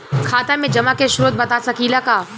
खाता में जमा के स्रोत बता सकी ला का?